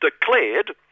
declared